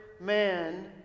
man